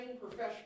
professional